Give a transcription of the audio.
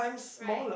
right